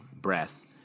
breath